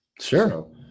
Sure